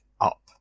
up